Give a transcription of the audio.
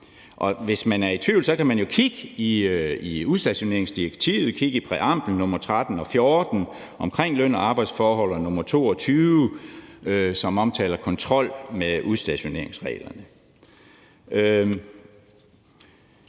hvis man er i tvivl, kan man jo kigge i udstationeringsdirektivet og kigge i præamblens nr. 13 og 14 omkring løn- og arbejdsforhold og i nr. 22, som omtaler kontrol af udstationeringsreglerne.